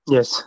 Yes